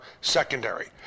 secondary